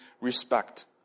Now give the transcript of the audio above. respect